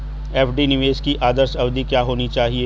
FD निवेश की आदर्श अवधि क्या होनी चाहिए?